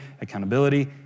accountability